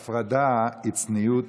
אבל אם פנית אליי אני אגיד שהפרדה היא צניעות,